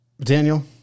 Daniel